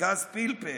בגז פלפל,